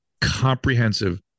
comprehensive